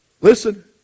Listen